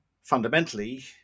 fundamentally